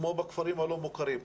כמו בכפרים הלא מוכרים,